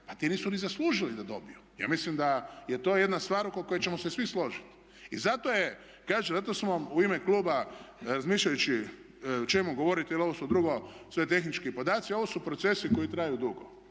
pa ti nisu ni zaslužili da dobiju. Ja mislim da je to jedna stvar oko koje ćemo se svi složiti. I zato je, kažem zato smo u ime kluba razmišljajući o čemu govorite, jer ovo su drugo sve tehnički podaci, ovo su procesi koji traju dugo